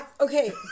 Okay